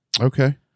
Okay